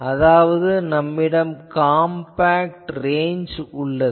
அதாவது நம்மிடம் compact range உள்ளது